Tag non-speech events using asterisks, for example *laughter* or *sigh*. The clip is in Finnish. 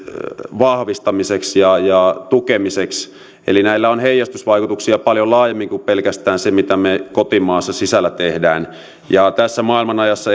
vahvistamiseksi ja tukemiseksi eli näillä on heijastusvaikutuksia paljon laajemmin kuin pelkästään siihen mitä me kotimaan sisällä teemme ja tässä maailmanajassa *unintelligible*